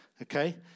Okay